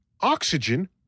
Oxygen